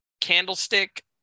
Candlestick